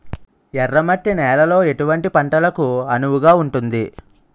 ఎర్ర మట్టి నేలలో ఎటువంటి పంటలకు అనువుగా ఉంటుంది?